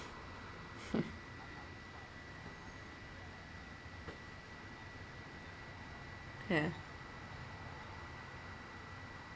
ya